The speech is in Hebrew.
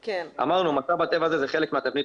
אמרנו שמשאב הטבע הזה הוא חלק מתבנית